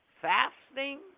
fasting